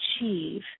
achieve